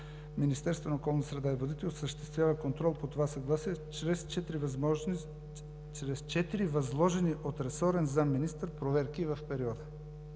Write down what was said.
Министерството на околната среда и водите осъществява контрол по това съгласие чрез четири възложени от ресорен заместник-министър проверки в периода,